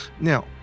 now